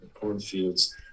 cornfields